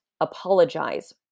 apologize